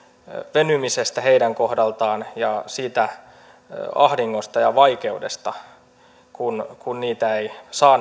venymisestä heidän kohdaltaan ja siitä ahdingosta ja vaikeudesta kun kun päätöksiä ei saa